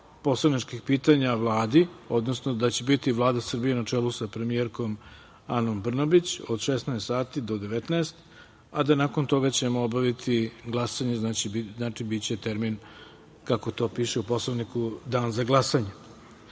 poslaničkih pitanja Vladi, odnosno da će biti Vlada Srbije na čelu sa premijerkom Anom Brnabić od 16,00 sati do 19,00 sati, a da ćemo nakon toga obaviti glasanje. Znači, biće termin kako to piše u Poslovniku, dan za glasanje. Tako